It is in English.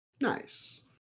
nice